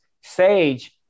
sage